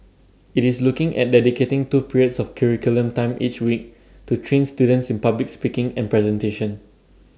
IT is looking at dedicating two periods of curriculum time each week to train students in public speaking and presentation